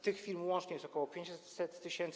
Tych firm łącznie jest ok. 500 tys.